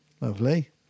Lovely